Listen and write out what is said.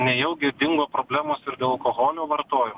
nejaugi dingo problemos ir dėl alkoholio vartojim